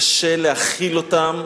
קשה להכיל אותם.